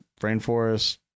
rainforest